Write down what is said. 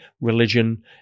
religion